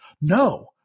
No